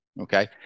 okay